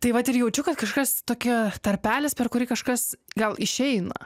tai vat ir jaučiu kad kažkas tokia tarpelis per kurį kažkas gal išeina